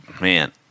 Man